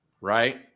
right